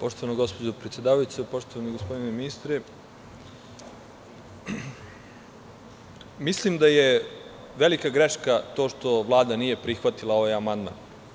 Poštovana gospođo predsedavajuća, poštovani gospodine ministre, mislim da je velika greška to što vlada nije prihvatila ovaj amandman.